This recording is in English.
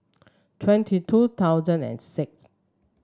twenty two thousand and six